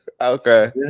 Okay